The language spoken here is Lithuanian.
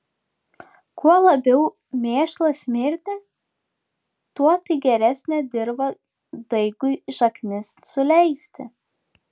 kuo labiau mėšlas smirdi tuo tai geresnė dirva daigui šaknis suleisti